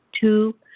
Two